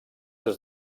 des